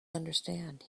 understand